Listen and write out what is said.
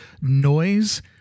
noise